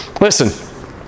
Listen